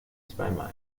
zweimal